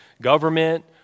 Government